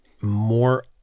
more